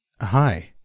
Hi